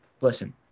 listen